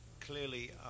clearly